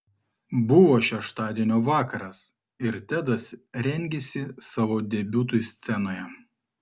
buvo šeštadienio vakaras ir tedas rengėsi savo debiutui scenoje